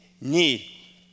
need